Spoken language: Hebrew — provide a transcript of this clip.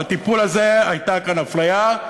בטיפול הזה הייתה אפליה,